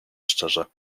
szczerze